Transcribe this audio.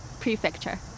prefecture